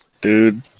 Dude